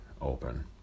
open